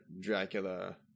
Dracula